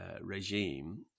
regime